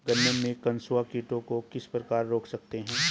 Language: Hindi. गन्ने में कंसुआ कीटों को किस प्रकार रोक सकते हैं?